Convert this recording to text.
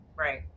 right